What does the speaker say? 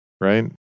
right